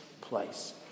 place